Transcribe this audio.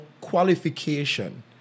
qualification